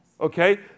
okay